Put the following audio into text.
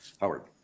Howard